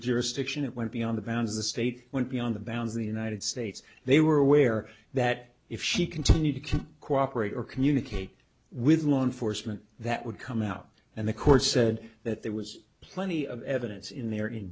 jurisdiction it went beyond the bounds of the state went beyond the bounds of the united states they were aware that if she continued to cooperate or communicate with law enforcement that would come out and the court said that there was plenty of evidence in there in